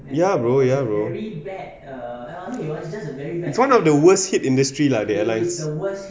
ya bro ya bro it's one of the worst hit industry lah the airlines